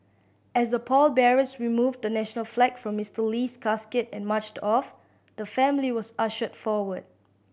as the pallbearers removed the national flag from Mister Lee's casket and marched off the family was ushered forward